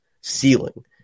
ceiling